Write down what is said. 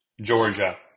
Georgia